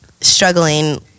struggling